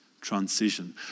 transition